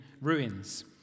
ruins